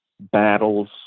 battles